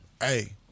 Hey